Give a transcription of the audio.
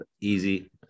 easy